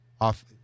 off